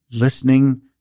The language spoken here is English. listening